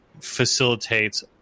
facilitates